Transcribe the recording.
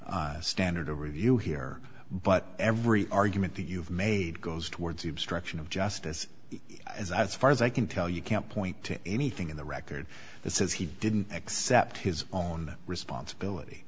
standard of review here but every argument that you've made goes towards obstruction of justice as as far as i can tell you can't point to anything in the record this is he didn't accept his own responsibility